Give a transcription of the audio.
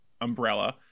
umbrella